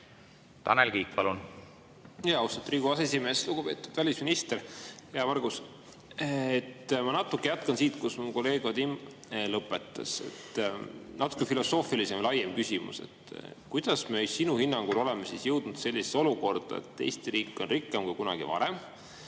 Tanel Kiik, palun! Austatud Riigikogu aseesimees! Lugupeetud välisminister, hea Margus! Ma natuke jätkan siit, kus mu kolleeg Vadim lõpetas. Natuke filosoofilisem ja laiem küsimus. Kuidas me sinu hinnangul oleme jõudnud sellisesse olukorda, et Eesti riik on rikkam kui kunagi varem,